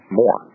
more